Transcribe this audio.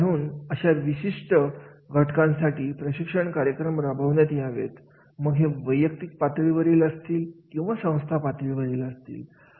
आणि म्हणून अशा विशिष्ट घटकांसाठी प्रशिक्षण कार्यक्रम राबविण्यात यावेत मग हे वैयक्तिक पातळीवर असतील किंवा संस्था पातळीवर असतील